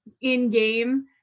in-game